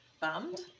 Bummed